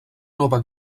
nova